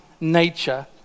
nature